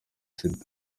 sida